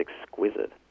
exquisite